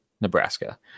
Nebraska